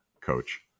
coach